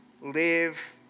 live